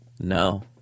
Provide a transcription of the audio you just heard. No